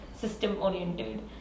system-oriented